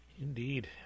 Indeed